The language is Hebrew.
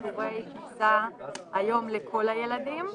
כך גם בענפים אחרים.